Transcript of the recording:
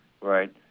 right